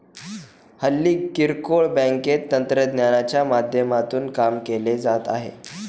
हल्ली किरकोळ बँकेत तंत्रज्ञानाच्या माध्यमातून काम केले जात आहे